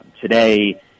Today